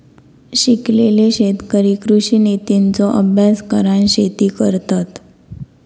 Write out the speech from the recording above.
शिकलेले शेतकरी कृषि नितींचो अभ्यास करान शेती करतत